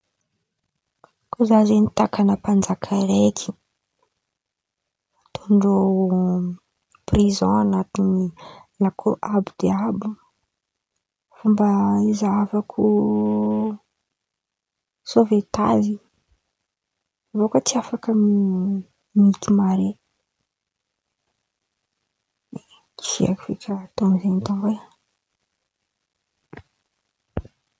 Kô za zen̈y takan̈a mpanjaka araiky, ataondreo prizon an̈atiny lakoro abo dia abo. Mba izahavako sôvetazy irô, koa tsy afaka mihiaka mare; tsy aiko feky raha atao amiren̈y dônko e.